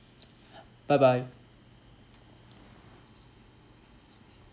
bye bye